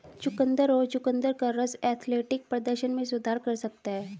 चुकंदर और चुकंदर का रस एथलेटिक प्रदर्शन में सुधार कर सकता है